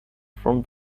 from